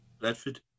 Bradford